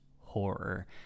horror